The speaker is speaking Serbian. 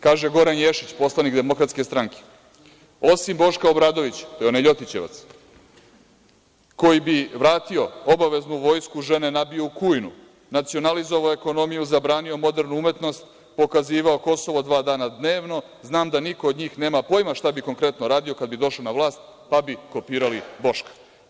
Kaže Goran Ješić, poslanik Demokratske stranke: „Osim Boška Obradovića, to je onaj ljotićevac, koji bi vratio obaveznu vojsku, žene nabio u kujnu, nacionalizovao ekonomiju, zabranio modernu umetnost, pokazivao Kosovo dva puta dnevno, znam da niko od njih nema pojma šta bi konkretno radio kada bi došao na vlast, pa bi kopirali Boška“